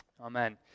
Amen